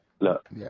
Look